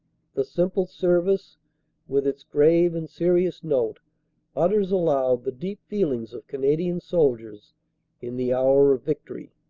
the simple service with its grave and serious note utters aloud the deep feelings of canadian soldiers in the hour of victory.